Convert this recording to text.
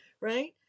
Right